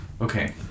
Okay